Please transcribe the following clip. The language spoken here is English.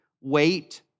wait